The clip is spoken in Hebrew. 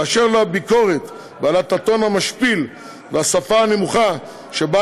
אשר לביקורת בעלת הטון המשפיל והשפה הנמוכה שבה